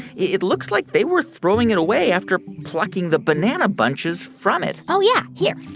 it it looks like they were throwing it away after plucking the banana bunches from it oh, yeah. here.